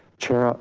chair, um